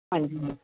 ਹਾਂਜੀ ਹਾਂ